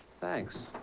thanks.